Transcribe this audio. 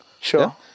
Sure